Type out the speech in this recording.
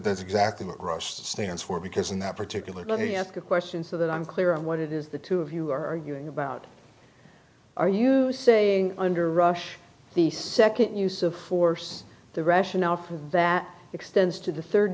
that's exactly what rush stands for because in that particular let me ask a question so that i'm clear on what it is the two of you are arguing about are you saying under rush the second use of force the rationale for that extends to the third